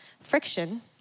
friction